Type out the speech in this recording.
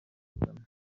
kagame